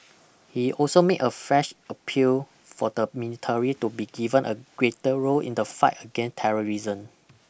he also made a fresh appeal for the minitary to be given a greater role in the fight again terrorisn